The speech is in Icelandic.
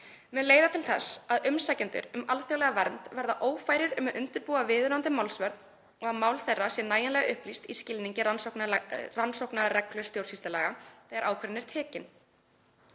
mun leiða til þess að umsækjendur um alþjóðlega vernd verða ófærir um að undirbúa viðunandi málsvörn og að mál þeirra sé nægjanlega upplýst í skilningi rannsóknarreglu stjórnsýslulaga þegar ákvörðun er tekin.